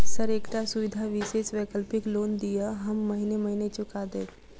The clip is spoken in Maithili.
सर एकटा सुविधा विशेष वैकल्पिक लोन दिऽ हम महीने महीने चुका देब?